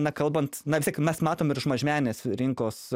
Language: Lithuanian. na kalbant na vis tiek mes matom ir už mažmeninės rinkos